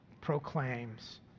proclaims